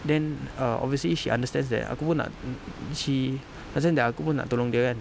then err obviously she understands that aku pun nak she understands that aku pun nak tolong dia kan